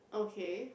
okay